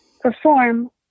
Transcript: perform